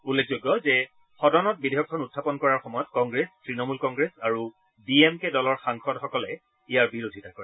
উল্লেখযোগ্য যে সদনত বিধেয়কখন উত্থাপন কৰাৰ সময়ত কংগ্ৰেছ তৃণমূল কংগ্ৰেছ আৰু ডি এম কে দলৰ সাংসদসকলে ইয়াৰ বিৰোধিতা কৰে